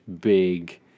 big